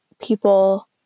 people